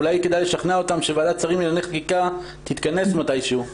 אולי כדאי לשכנע אותם שוועדת שרים לענייני חקיקה תתכנס מתי שהוא.